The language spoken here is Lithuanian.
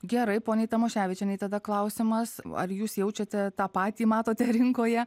gerai poniai tamoševičienei tada klausimas ar jūs jaučiate tą patį matote rinkoje